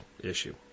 issue